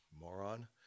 moron